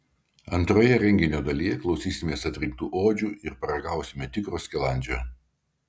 antroje renginio dalyje klausysimės atrinktų odžių ir paragausime tikro skilandžio